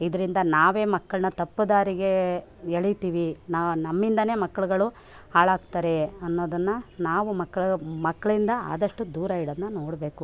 ಇದರಿಂದ ನಾವೇ ಮಕ್ಕಳನ್ನ ತಪ್ಪು ದಾರಿಗೆ ಎಳಿತೀವಿ ನಾವು ನಮ್ಮಿಂದಲೇ ಮಕ್ಕಳುಗಳು ಹಾಳಾಗ್ತಾರೆ ಅನ್ನೋದನ್ನು ನಾವು ಮಕ್ಕಳು ಮಕ್ಕಳಿಂದ ಆದಷ್ಟು ದೂರ ಇಡೋದನ್ನ ನೋಡಬೇಕು